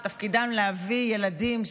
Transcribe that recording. שתפקידן להביא ילדים,